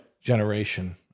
generation